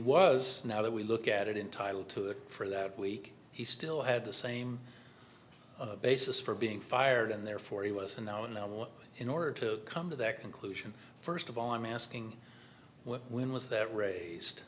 was now that we look at it in title to the for that week he still had the same basis for being fired and therefore he was in now and then what in order to come to that conclusion first of all i'm asking when was that raised